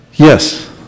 Yes